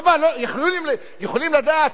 הם יכולים לדעת